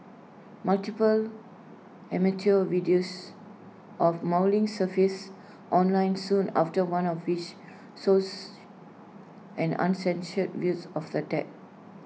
multiple amateur videos of mauling surfaced online soon after one of which shows an uncensored views of attack